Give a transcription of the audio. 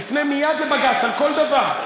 נפנה מייד לבג"ץ על כל דבר,